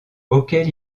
auquel